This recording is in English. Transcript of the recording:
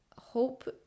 hope